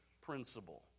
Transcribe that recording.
principle